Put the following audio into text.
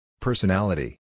Personality